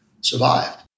survived